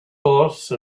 horse